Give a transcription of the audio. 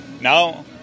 No